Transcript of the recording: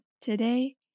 today